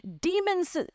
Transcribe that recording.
demons